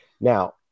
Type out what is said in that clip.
Now